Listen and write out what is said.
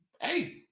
Hey